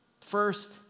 First